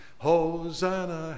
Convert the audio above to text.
Hosanna